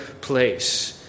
place